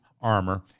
armor